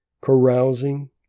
carousing